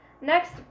next